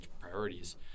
priorities